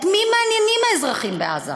את מי מעניינים האזרחים בעזה?